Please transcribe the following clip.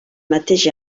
mateix